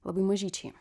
labai mažyčiai